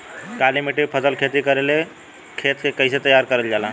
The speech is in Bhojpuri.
काली मिट्टी पर फसल खेती करेला खेत के कइसे तैयार करल जाला?